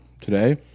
today